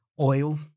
oil